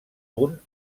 punt